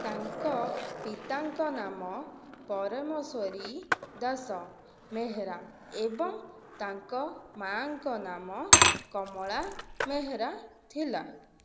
ତାଙ୍କ ପିତାଙ୍କ ନାମ ପରମଶ୍ୱରୀ ଦାସ ମେହେରା ଏବଂ ତାଙ୍କ ମା'ଙ୍କ ନାମ କମଳା ମେହେରା ଥିଲା